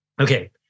Okay